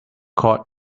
court